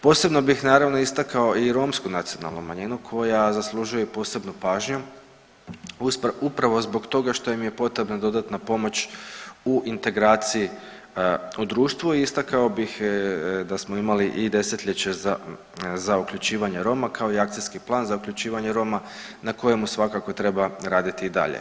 Posebno bih naravno istakao i romsku nacionalnu manjinu koja zaslužuje i posebnu pažnju upravo zbog toga što im je potrebna dodatna pomoć u integraciji u društvu i istakao bih da smo imali i desetljeće za uključivanje Roma kao i akcijski plan za uključivanje Roma na kojemu svakako treba raditi i dalje.